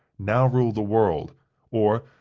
now rule the world or,